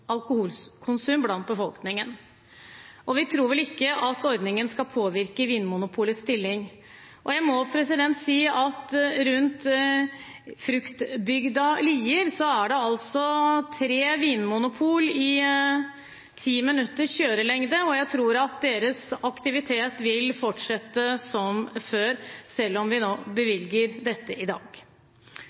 alkoholkonsum blant befolkningen, og vi tror vel ikke at ordningen skal påvirke Vinmonopolets stilling. Jeg må si at rundt fruktbygda Lier er det tre vinmonopol med 10 minutters kjøreavstand, og jeg tror at deres aktivitet vil fortsette som før selv om vi bevilger dette i dag.